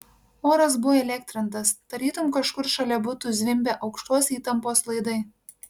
oras buvo įelektrintas tarytum kažkur šalia būtų zvimbę aukštos įtampos laidai